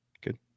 Good